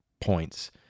points